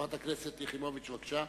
חברת הכנסת יחימוביץ, בבקשה.